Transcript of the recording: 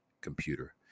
computer